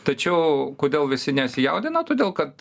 tačiau kodėl visi nesijaudina todėl kad